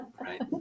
right